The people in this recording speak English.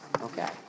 Okay